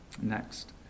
Next